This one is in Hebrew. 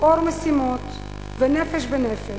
"אור משימות" ו"נפש בנפש"